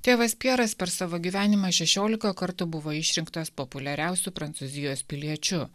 tėvas pjeras per savo gyvenimą šešioliką kartų buvo išrinktas populiariausiu prancūzijos piliečiu